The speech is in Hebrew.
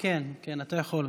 כן, אתה יכול.